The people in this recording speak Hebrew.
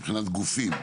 מבחינת גופים.